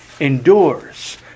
endures